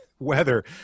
weather